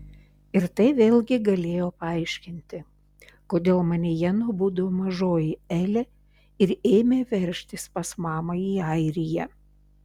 ir tai vėlgi galėjo paaiškinti kodėl manyje nubudo mažoji elė ir ėmė veržtis pas mamą į airiją